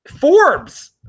Forbes